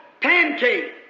pancake